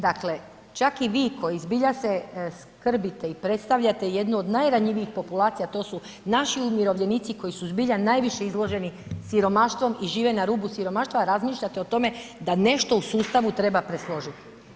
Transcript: Dakle, čak i vi koji se zbilja skrbite i predstavljate jednu od najranjivijih populacija, a to su naši umirovljenici koji su zbilja najviše izloženi siromaštvu i žive na rubu siromaštva razmišljate o tome da nešto u sustavu treba presložiti.